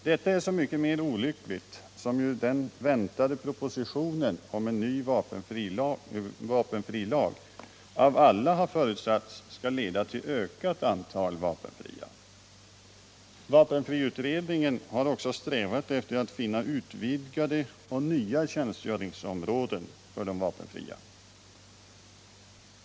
Detta är så mycket mera olyckligt som ju den väntade propositionen om en ny vapenfrilag av alla har förutsatts komma att leda till ökat antal vapenfria. Vapenfriutredningen har också strävat efter att finna utvidgade och nya tjänstgöringsområden för de vapenfria.